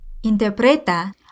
Interpreta